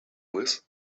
with